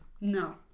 No